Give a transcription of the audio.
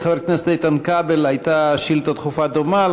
לחבר הכנסת איתן כבל הייתה שאילתה דחופה דומה,